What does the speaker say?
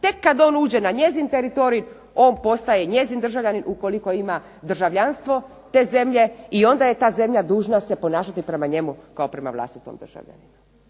tek kada je on ušao na njen teritorij on postaje njezin državljanin ukoliko ima državljanstvo te zemlje i onda je ta zemlja se dužna ponašati prema njemu kao prema vlastitom državljaninu.